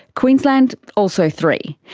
queensland also three.